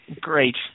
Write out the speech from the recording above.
Great